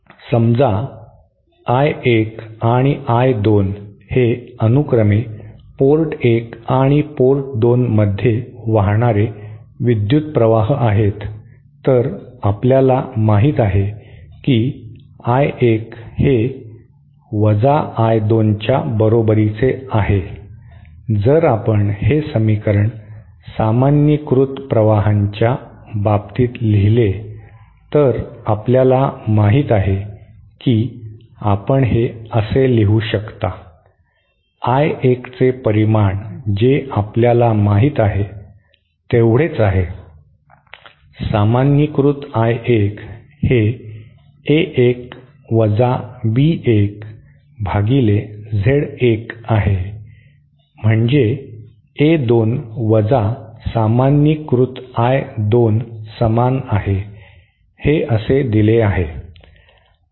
समजा I 1 आणि I 2 हे अनुक्रमे पोर्ट 1 आणि पोर्ट 2 मध्ये वाहणारे विद्युत प्रवाह आहेत तर आपल्याला माहित आहे की I 1 हे वजा I 2 च्या बरोबरीचे आहे जर आपण हे समीकरण सामान्यीकृत इनपेड प्रवाहांच्या बाबतीत लिहिले तर आपल्याला माहित आहे की आपण हे असे लिहू शकता I 1 चे परिमाण जे आपल्याला माहित आहे तेवढेच आहे सामान्यीकृत I 1 हे A 1 वजा B 1 भागिले Z 1 आहे म्हणजे A 2 वजा सामान्यीकृत I 2 समान आहे हे असे दिले आहे